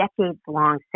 decades-long